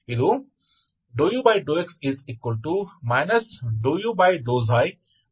ಇದು ∂u∂x ∂u ∂u ಅನ್ನು ನೀಡುತ್ತದೆ